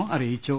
O അ റിയിച്ചു